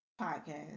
podcast